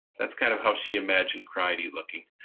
that's kind of how she imagined cry-d looking,